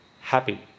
happy